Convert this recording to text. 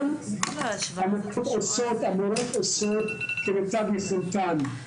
המורות עושות כמיטב יכולתן.